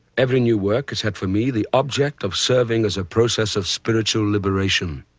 every new work has had, for me, the object of serving as a process of spiritual liberation